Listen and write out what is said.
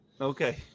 okay